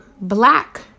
black